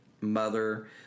mother